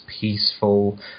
peaceful